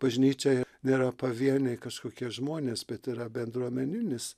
bažnyčia nėra pavieniai kažkokie žmonės bet yra bendruomeninis